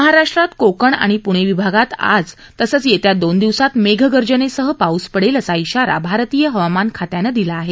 महाराष्ट्रात कोकण आणि प्णे विभागात आज तसंच येत्या दोन दिवसात मेघगर्जनेसह पाऊस पडेल असा इशारा भारतीय हवामान खात्यानं दिला आहे